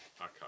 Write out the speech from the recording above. okay